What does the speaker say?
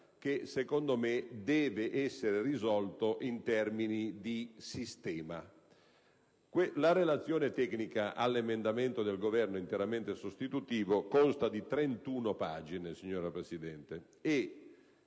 che, secondo me, deve essere risolto in termini di sistema. La relazione tecnica all'emendamento del Governo interamente sostitutivo del disegno di legge